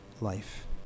life